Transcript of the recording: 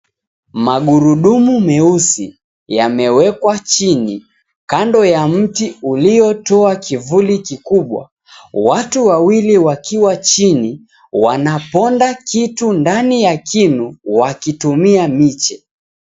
Magurudumu meusi yamewekwa chini kando ya mti uliyotoa kivuli mikubwa, watu wawili wakiwa chini wanaponda kitu ndani ya kinu wakitumia miche.